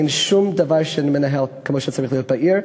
אין שום דבר שמתנהל כמו שצריך להיות בעיר,